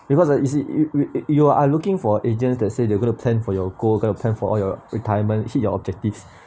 because ah you see you w~ you are looking for agents let say gonna plan for your goals to for all your retirement hit your objectives